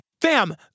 Fam